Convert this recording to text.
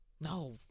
No